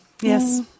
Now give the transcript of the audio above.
Yes